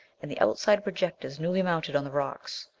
and the outside projectors newly mounted on the rocks.